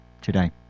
today